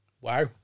wow